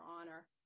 Honor